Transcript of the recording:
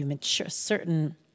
certain